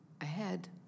ahead